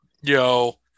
yo